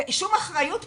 אין פה שום אחריות.